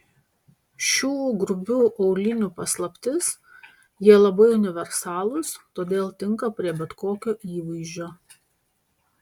šių grubių aulinių paslaptis jie labai universalūs todėl tinka prie bet kokio įvaizdžio